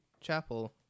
chapel